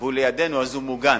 והוא לידנו אז הוא מוגן.